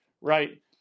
right